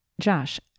Josh